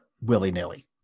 willy-nilly